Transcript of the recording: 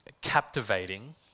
captivating